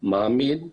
מאמין וחושב,